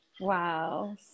Wow